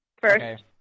first